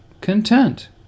content